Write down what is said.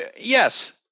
Yes